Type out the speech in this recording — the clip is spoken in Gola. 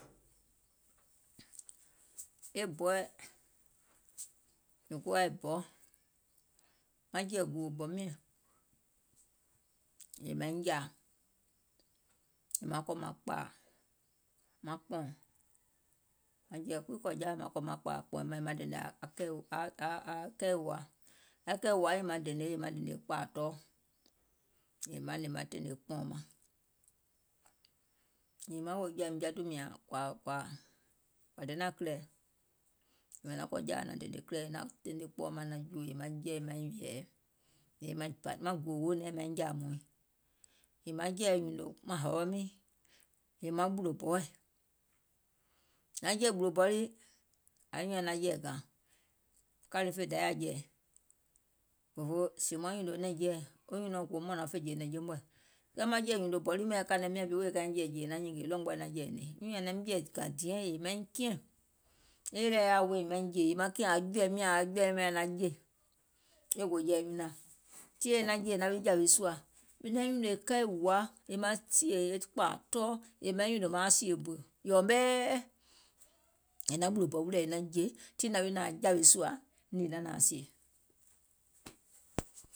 E bɔɛ̀, mìŋ kuwa e bɔ, maŋ jɛ̀ɛ̀ gùò bɔ miɛ̀ŋ yèè maiŋ jȧȧ, yèè maŋ kɔ̀ maŋ kpȧȧ maŋ kpɔ̀ɔ̀ŋ, maŋ jɛ̀ɛ̀ kuii kɔ̀ ko jawaì maŋ kpȧȧ maŋ kpɔ̀ɔ̀im mȧŋ yèè maŋ dènè dènè aŋ kɛì wòa, aŋ kɛì wòa nyiiŋ maŋ dènè yèè maŋ dènè kpȧȧ tɔɔ, yèè maŋ hnè maŋ tènè kpɔ̀ɔ̀ŋ maŋ, yèè maŋ wòò jɔ̀ȧim jaatu mìȧŋ kɔ̀ȧ kɔ̀ȧ kɔ̀ȧ denȧŋ kìlɛ̀, yèè naŋ kɔ̀ jawa naŋ dènè kìlɛ̀ɛ naŋ dènè kpɔɔ̀ maŋ naŋ jùò yèè maŋ jɛi maiŋ hɛ̀ɛ̀, yèè maŋ gùò hoònɛ̀ɛŋ maiŋ jȧȧ hmɔ̀ɔ̀iŋ, yèè maŋ jɛ̀ɛ̀ nyùnò maŋ hàwa miiŋ, yèè maŋ ɓùlò bɔɛ̀, naŋ jɛ̀ɛ̀ ɓùlò bɔ yii, anyùùŋ nyaŋ naŋ jɛ̀ɛ̀ gȧŋ, kȧle fè Dayȧ jɛ̀ɛ̀, fòfoo sèèùm maŋ nyùnò nɛ̀ŋjeɛ̀ wo nyùnɔ̀ɔŋ goum mȧnȧŋ fè jè nɛ̀ŋje mɔ̀ɛ̀, kɛɛ maŋ jɛ̀ɛ̀ nyùnò bɔ lii wèè miȧŋ kȧnɔ̀ɔŋ wèè kaiŋ jɛ̀ɛ̀ jè è naŋ nyìngè e lɔ̀mgbɔɛ̀ naŋ jɛ̀ɛ̀ hnè, anyùùŋ nyaŋ naim jɛ̀ɛ̀ gȧŋ diɛŋ yèè maŋ nyiŋ kiɛ̀ŋ, e yèlɛ yaȧ weèim nɛ̀ maiŋ jè yèè maŋ kiɛ̀ŋ aŋ jɔ̀ɛim nyȧŋ naŋ jè, e gò jɛ̀ɛ̀ nyùnȧŋ, tii è naŋ jè naŋ wi jȧwè sùȧ, mìŋ naŋ nyùnò kɛì wòa yèè maaŋ sìè kpȧȧ tɔɔ yèè maŋ nyùnò maaŋ sìè bù yɔ̀ɔ̀mɛɛ è naŋ ɓùlò bɔ wi lɛ̀ è naŋ jè tiŋ naŋ wi nȧaŋ jȧwè sùȧ nìì naŋ sìè.